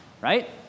right